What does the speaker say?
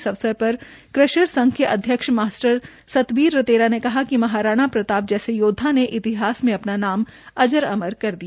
इस अवसर पर क्रेशर संघ् एसोसिएशन के अध्यक्ष मास्टर सतबीर रतेरा ने कहा कि महाराणा प्रताप जैसे योद्वा ने इतिहास में अपना नाम अजर अमर कर दिया